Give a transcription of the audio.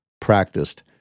practiced